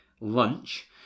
lunch